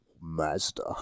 Mazda